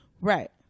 Right